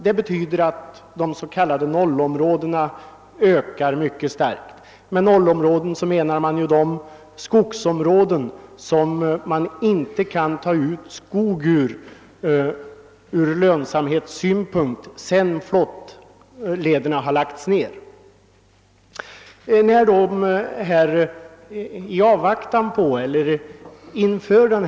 Det betyder att de s.k. nollområdena ökar mycket starkt — med nollområden menas ju skogsområden som det från lönsamhetssynpunkt inte går att ta ut skog ur sedan flottlederna lagts ned.